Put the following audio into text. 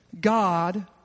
God